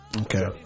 okay